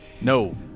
No